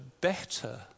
better